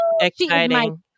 exciting